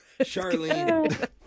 Charlene